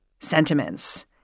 sentiments